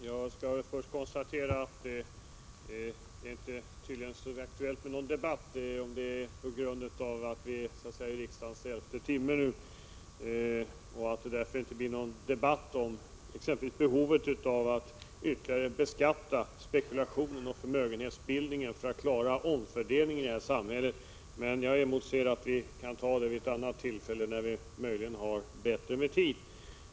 Herr talman! Jag vill först konstatera att det tydligen inte är särskilt aktuellt med någon debatt, kanske beroende på att vi nu är inne i riksmötets elfte timme. Det blir tydligen inte nu någon debatt om exempelvis behovet av att ytterligare beskatta spekulationer och förmögenhetsbildning för att klara omfördelningen i samhället. Jag ser fram emot att vi kan föra den debatten vid ett annat tillfälle, när vi möjligen har mer tid till förfogande.